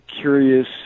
curious